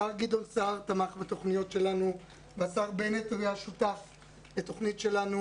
השר גדעון סער תמך בתוכניות שלנו והשר בנט היה שותף לתוכנית שלנו